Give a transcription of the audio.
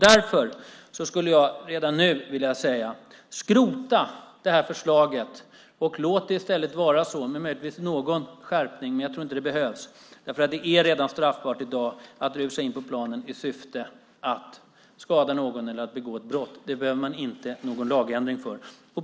Därför skulle jag redan nu vilja säga: Skrota det här förslaget! Kanske någon skärpning behövs, men jag tror inte det, för det är redan i dag straffbart att rusa in på planen i syfte att skada någon eller begå ett brott. Det behöver man inte någon lagändring för.